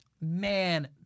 man